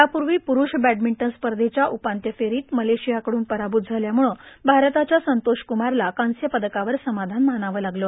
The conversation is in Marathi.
त्यापूर्वी प्ररूष बॅडमिंटन स्पर्धेच्या उपांत्य फेरीत मलेशियाकडून पराभूत झाल्यामुळं भारताच्या संतोषकुमारला कांस्य पदकावर समाधान मानावं लागलं